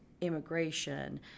immigration